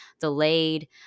delayed